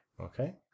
Okay